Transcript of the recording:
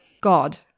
god